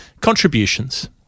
contributions